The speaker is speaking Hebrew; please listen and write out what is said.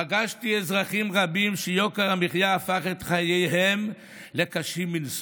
פגשתי אזרחים רבים שיוקר המחיה הפך את חייהם לקשים מנשוא,